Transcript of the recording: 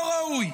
לא ראוי,